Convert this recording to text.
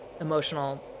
emotional